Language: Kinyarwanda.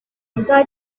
njya